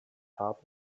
top